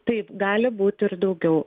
taip gali būt ir daugiau